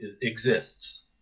exists